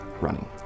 running